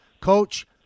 coach